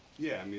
yeah. i mean